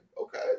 Okay